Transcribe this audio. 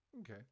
Okay